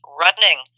running